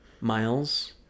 Miles